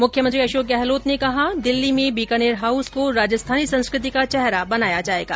मुख्यमंत्री अशोक गहलोत ने कहा दिल्ली में बीकानेर हाउस को राजस्थानी संस्कृति का चेहरा बनाया जायेगा